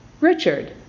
Richard